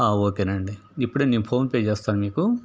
ఓకేనండి ఇప్పుడే నేను ఫోన్పే చేస్తాను మీకు